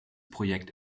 projekt